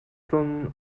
stunden